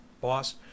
boss